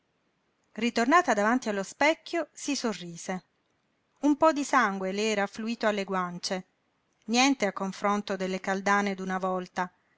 ritornata davanti allo specchio si sorrise un po di sangue le era affluito alle guance niente a confronto delle caldane d'una volta